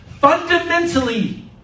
fundamentally